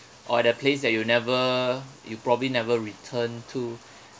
or that place that you never you'll probably never return to